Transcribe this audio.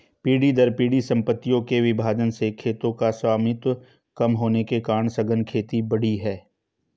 पीढ़ी दर पीढ़ी सम्पत्तियों के विभाजन से खेतों का स्वामित्व कम होने के कारण सघन खेती बढ़ी है